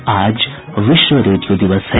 और आज विश्व रेडियो दिवस है